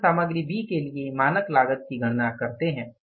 फिर हम सामग्री बी के लिए मानक लागत की गणना करते हैं